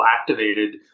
activated